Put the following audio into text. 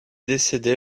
décédée